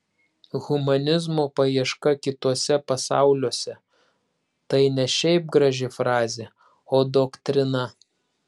humanizmo paieška kituose pasauliuose tai ne šiaip graži frazė o doktrina